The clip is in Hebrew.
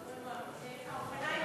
האופניים